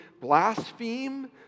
blaspheme